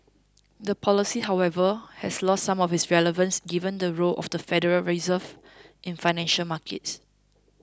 the policy however has lost some of its relevance given the role of the Federal Reserve in financial markets